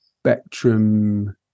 spectrum